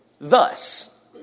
thus